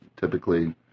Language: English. typically